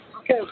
Okay